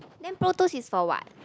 then Protos is for what